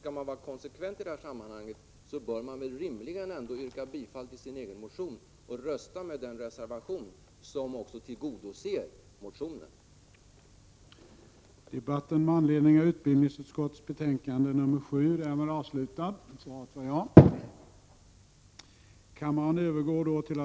Skall man vara konsekvent i det här sammanhanget bör man väl rimligen yrka bifall till sin egen motion och rösta ned den reservation som också tillgodoser motionens krav.